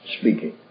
speaking